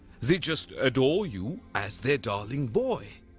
they just adore you as their darling boy!